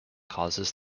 causes